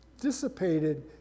dissipated